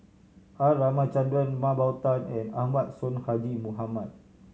R Ramachandran Mah Bow Tan and Ahmad Sonhadji Mohamad